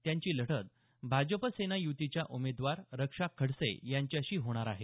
त्यांची लढत भाजप सेना युतीच्या उमेदवार रक्षा खडसे यांच्याशी होणार आहे